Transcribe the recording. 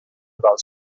about